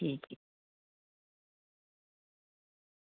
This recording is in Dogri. ठीक ऐ